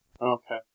Okay